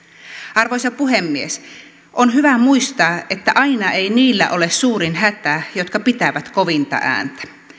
arvoisa puhemies on hyvä muistaa että aina ei niillä ole suurin hätä jotka pitävät kovinta ääntä